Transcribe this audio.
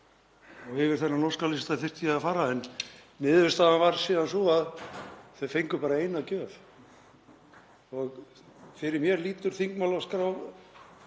og yfir þennan óskalista þyrfti ég að fara. En niðurstaðan varð síðan sú að þau fengu bara eina gjöf. Fyrir mér lítur þingmálaskrá